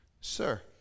Sir